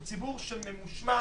הוא ציבור ממושמע,